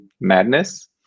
madness